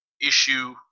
issue